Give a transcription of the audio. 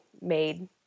made